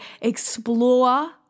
explore